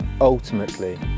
ultimately